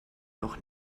noch